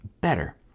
better